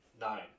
Nine